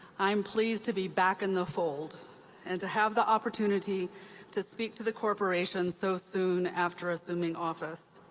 i am pleased to be back in the fold and to have the opportunity to speak to the corporation so soon after assuming office.